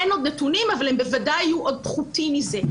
אין עוד נתונים אבל בוודאי יהיו עוד פחותים מזה.